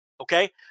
Okay